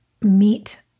meet